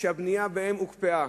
שהבנייה בהם הוקפאה,